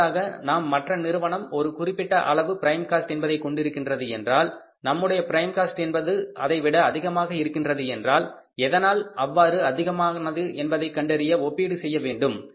அடுத்ததாக நாம் மற்ற நிறுவனம் ஒரு குறிப்பிட்ட அளவு பிரைம் காஸ்ட் என்பதை கொண்டிருக்கின்றது என்றால் நம்முடைய பிரைம் காஸ்ட் என்பது அதைவிட அதிகமாக இருக்கின்றது என்றால் எதனால் அவ்வாறு அதிகமானது என்பதை கண்டறிய ஒப்பீடு செய்ய வேண்டும்